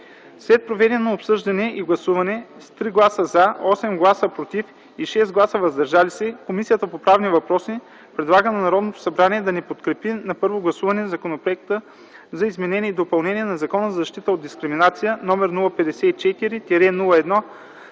След проведеното обсъждане и гласуване с 3 гласа „за”, 8 гласа „против” и 6 гласа „въздържали се” Комисията по правни въпроси предлага на Народното събрание да не подкрепи на първо гласуване Законопроекта за изменение и допълнение на Закона за защита от дискриминация, № 054-01-50,